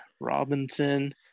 Robinson